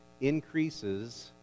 increases